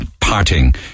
parting